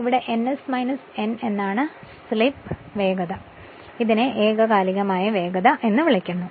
ഇതിനെ ns n എന്നാണ് slip വേഗത എന്നും ഇതിനെ ഏകകാലികമായ വേഗത എന്നും വിളിക്കുന്നത്